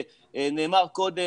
נאמר קודם,